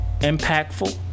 impactful